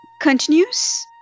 continues